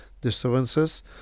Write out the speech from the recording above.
disturbances